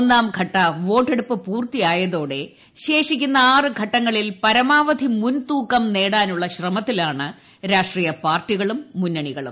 ഒന്നാംഘട്ട വോട്ടെടുപ്പ് പൂർത്തിയായത്ത്രോടെ ശേഷിക്കുന്ന ആറ് ഘട്ടങ്ങളിൽ പരമാവധി മുൻതൂക്ക് ് ന്ടോനുള്ള ശ്രമത്തിലാണ് രാഷ്ട്രീയ പാർട്ടികളും മുന്നണികളും